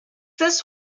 this